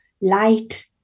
light